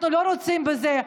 אנחנו לא רוצים בזה.